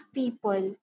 people